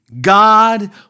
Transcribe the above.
God